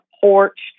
porch